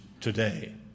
today